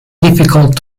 difficult